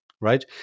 right